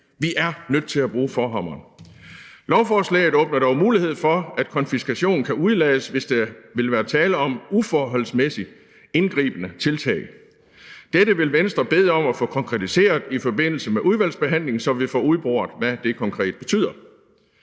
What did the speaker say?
Vi er nødt til at bruge forhammeren. Lovforslaget åbner dog mulighed for, at konfiskation kan udelades, hvis der vil være tale om uforholdsmæssig indgribende tiltag. Dette vil Venstre bede om at få konkretiseret i forbindelse med udvalgsbehandlingen, så vi får udboret, hvad det konkret betyder.